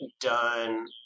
done